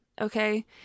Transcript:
okay